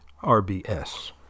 RBS